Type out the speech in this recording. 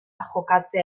jokatzea